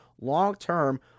long-term